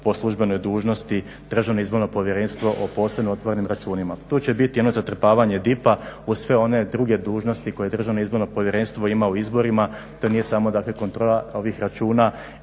po službenoj dužnosti Državno izborno povjerenstvo o posebno otvorenim računima. Tu će biti i ono zatrpavanja DIP-a uz sve ono druge dužnosti koje Državno izborno povjerenstvo ima u izborima, dakle to nije samo kontrola ovih računa,